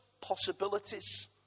possibilities